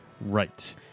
Right